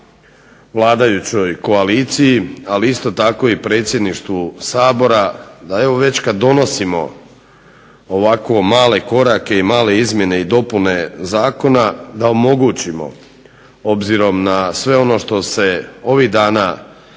vladajućoj koaliciji, ali isto tako i Predsjedništvu Sabora da evo već kad donosimo ovako male koraka i male izmjene i dopune zakona da omogućimo, obzirom na sve on što se ovih dana